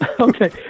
Okay